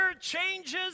changes